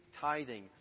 tithing